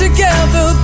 Together